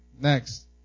Next